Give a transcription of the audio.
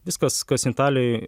viskas kas italijoj